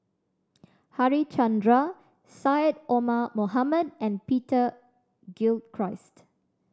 Harichandra Syed Omar Mohamed and Peter Gilchrist